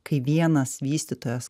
kai vienas vystytojas